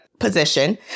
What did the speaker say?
Position